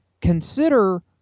consider –